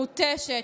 מותשת,